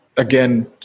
Again